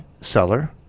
seller